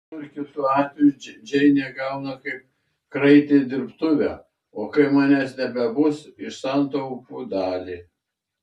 ir vienu ir kitu atveju džeinė gauna kaip kraitį dirbtuvę o kai manęs nebebus ir santaupų dalį